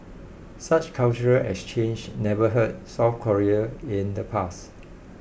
such cultural exchanges never hurt South Korea in the past